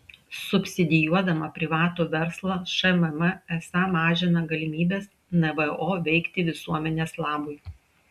subsidijuodama privatų verslą šmm esą mažina galimybes nvo veikti visuomenės labui